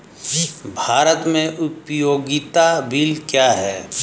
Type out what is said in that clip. भारत में उपयोगिता बिल क्या हैं?